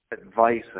advice